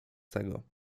tego